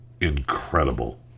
incredible